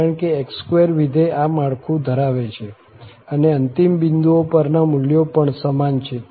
કારણ કે x2 વિધેય આ માળખું ધરાવે છે અને અંતિમ બિંદુઓ પરના મૂલ્યો પણ સમાન છે